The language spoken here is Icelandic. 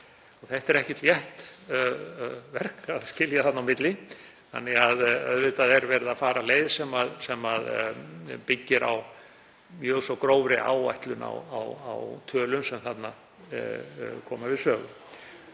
Það er ekkert létt verk að skilja þarna á milli þannig að auðvitað er verið að fara leið sem byggir á mjög grófri áætlun á tölum sem þarna koma við sögu.